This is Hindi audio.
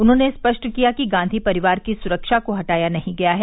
उन्होंने स्पष्ट किया कि गांधी परिवार की सुरक्षा को हटाया नहीं गया है